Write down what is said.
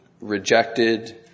rejected